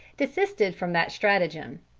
desisted from that stratagem.